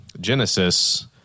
Genesis